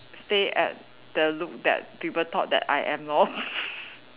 stay at the look that people thought that I am lor